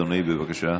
אדוני, בבקשה.